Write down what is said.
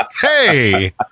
Hey